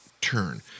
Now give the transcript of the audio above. turn